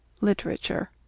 literature